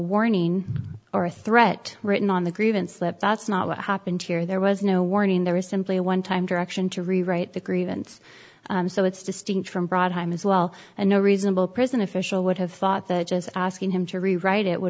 warning or a threat written on the grievance lift that's not what happened here there was no warning there is simply a one time direction to rewrite the grievance so it's distinct from broad time as well and no reasonable prison official would have thought that just asking him to rewrite it would